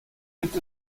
gibt